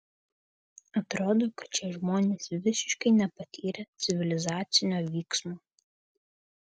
atrodo kad šie žmonės visiškai nepatyrę civilizacinio vyksmo